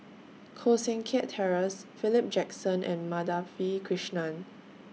Koh Seng Kiat Terence Philip Jackson and Madhavi Krishnan